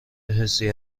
حسی